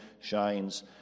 shines